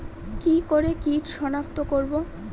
কি করে কিট শনাক্ত করব?